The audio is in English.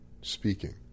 speaking